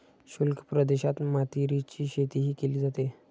शुष्क प्रदेशात मातीरीची शेतीही केली जाते